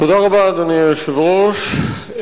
אדוני היושב-ראש,